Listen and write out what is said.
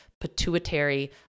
pituitary